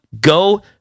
go